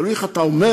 תלוי איך אתה אומר,